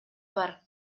бар